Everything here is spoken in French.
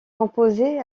composés